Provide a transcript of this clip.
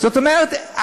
זאת אומרת,